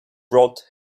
brought